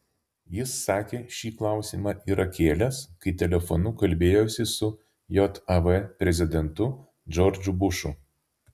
jis sakė šį klausimą yra kėlęs kai telefonu kalbėjosi su jav prezidentu džordžu bušu